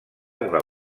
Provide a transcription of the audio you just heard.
una